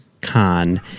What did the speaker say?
Khan